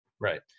Right